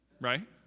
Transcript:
Right